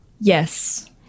yes